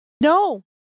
No